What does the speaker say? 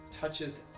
touches